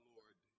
Lord